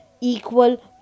equal